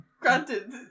granted